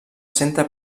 centre